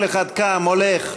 כל אחד קם, הולך.